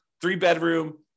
three-bedroom